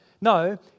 No